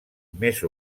més